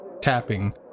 tapping